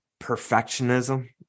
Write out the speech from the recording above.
perfectionism